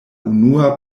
unua